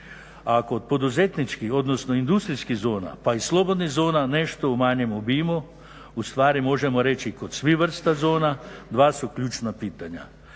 kod poduzetničkih odnosno industrijskih zona pa i slobodnih zona nešto u manjem obimu ustvari možemo reći kod svih vrsta zona dva su ključna pitanja.